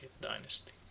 dynasty